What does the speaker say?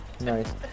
Nice